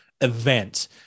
event